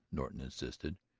norton insisted.